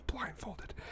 blindfolded